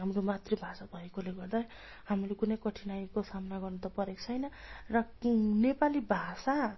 हाम्रो मातृभाषा भएकाले गर्दा हामीले कुनै कठिनाइको सामना गर्नु त परेको छैन र नेपाली भाषा